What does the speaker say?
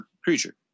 creature